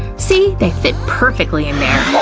see? they fit perfectly in there.